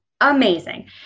amazing